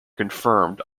confirmed